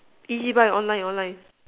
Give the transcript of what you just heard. ezbuy online online